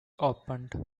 opened